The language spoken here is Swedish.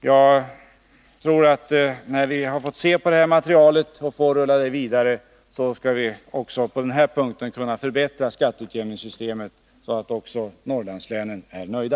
Jag tror att när vi har fått se på materialet och får rulla vidare med arbetet skall vi också på den här punkten kunna förbättra skatteutjämningssystemet, så att även Norrlandslänen blir nöjda.